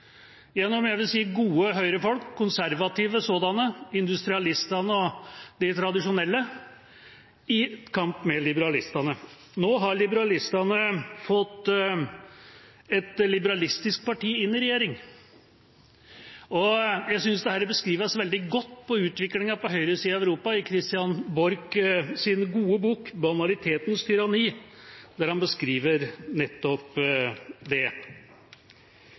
gjennom Høyre, ved jeg vil si gode Høyre-folk, konservative sådanne, industrialistene og de tradisjonelle, og de er nå i kamp med liberalistene. Nå har liberalistene fått et liberalistisk parti inn i regjering. Jeg synes utviklinga på høyresida i Europa beskrives veldig godt i Christian Borchs gode bok, Banalitetens tyranni, der han beskriver nettopp det.